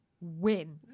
win